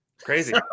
Crazy